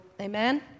amen